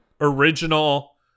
original